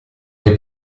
dei